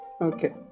Okay